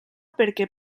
perquè